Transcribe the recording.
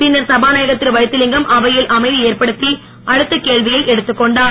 பின்னர் சபாநாயகர் திருவைத்திவிங்கம் அவையில் அமைதி ஏற்படுத்தி அடுத்த கேள்வியை எடுத்துக்கொண்டார்